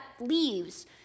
leaves